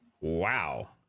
wow